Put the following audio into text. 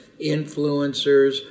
influencers